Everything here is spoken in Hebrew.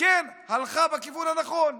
כן הלכה בכיוון הנכון.